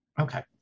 Okay